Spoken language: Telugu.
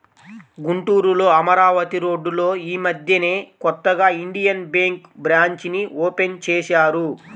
గుంటూరులో అమరావతి రోడ్డులో యీ మద్దెనే కొత్తగా ఇండియన్ బ్యేంకు బ్రాంచీని ఓపెన్ చేశారు